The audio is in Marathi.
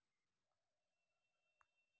मटकी हे औषधी वनस्पतीचे फळ आहे